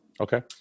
Okay